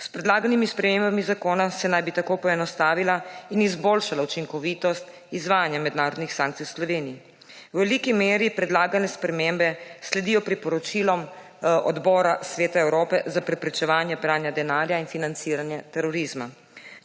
S predlaganimi spremembami zakona naj bi se tako poenostavila in izboljšala učinkovitost izvajanja mednarodnih sankcij v Sloveniji. V veliki meri predlagane spremembe sledijo priporočilom Odbora Sveta Evrope za preprečevanje pranja denarja in financiranja terorizma,